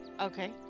Okay